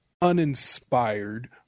uninspired